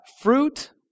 fruit